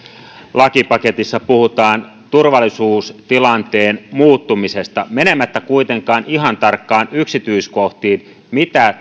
lakipaketissa puhutaan turvallisuustilanteen muuttumisesta menemättä kuitenkaan ihan tarkkaan yksityiskohtiin mitä